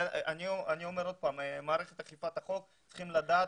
אני אומר שוב שמערכת אכיפת החוק צריכה לדעת